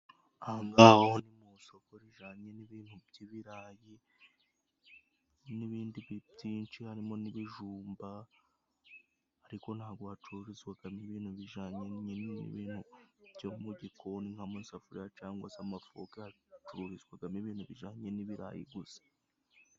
Aha ngaha ho ni mu isoko rijyanye n'ibintu by'ibirayi n'ibindi byinshi harimo n'ibijumba, ariko ntabwo hacururizwamo ibintu bijyanye n'ibintu byo mu gikoni nk'amasafuriya , cyangwa se amafoke. Hacururizwamo ibintu bijyanye n'ibirayi gusa.